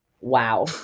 Wow